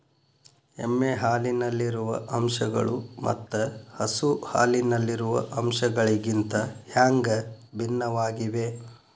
ಎಮ್ಮೆ ಹಾಲಿನಲ್ಲಿರುವ ಅಂಶಗಳು ಮತ್ತ ಹಸು ಹಾಲಿನಲ್ಲಿರುವ ಅಂಶಗಳಿಗಿಂತ ಹ್ಯಾಂಗ ಭಿನ್ನವಾಗಿವೆ?